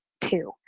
two